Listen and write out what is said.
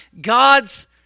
God's